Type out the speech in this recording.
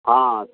हँ